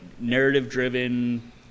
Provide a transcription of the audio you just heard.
narrative-driven